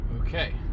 Okay